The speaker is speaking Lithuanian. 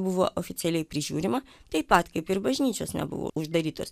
buvo oficialiai prižiūrima taip pat kaip ir bažnyčios nebuvo uždarytos